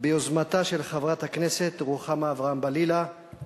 ביוזמתה של חברת הכנסת רוחמה אברהם-בלילא,